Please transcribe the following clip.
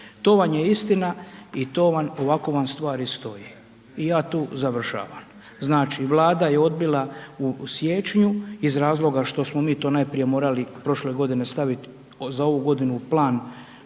To vam je istina i to ovako vam stvari stoje i ja tu završavam. Znači Vlada je odbila u siječnju iz razloga što smo mi to najprije morali prošle godine staviti za ovu godinu u plan